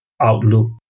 outlook